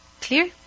Clear